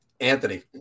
Anthony